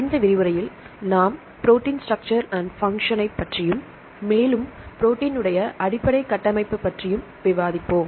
இந்த விரிவுரையில் நாம் ப்ரோடீன் ஸ்ட்ரக்ஸர் அண்ட் பங்க்ஸ்ஸன்ப் பற்றியும் மேலும் ப்ரோடீன் உடைய அடிப்படை கட்டமைப்பு பற்றியும் விவாதிப்போம்